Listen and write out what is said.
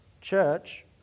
church